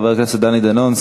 חבר הכנסת דני דנון,